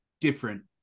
different